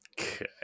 Okay